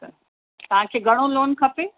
त तव्हांखे घणो लोन खपे